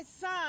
son